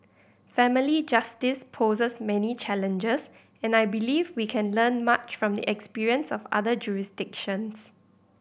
family justice poses many challenges and I believe we can learn much from the experience of other jurisdictions